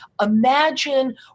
Imagine